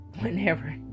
whenever